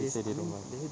they say they don't mind